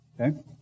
Okay